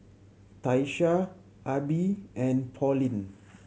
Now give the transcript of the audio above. Tyesha Abie and Pauline